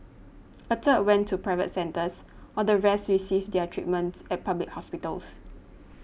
a third went to private centres while the rest received their treatments at public hospitals